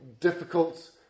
difficult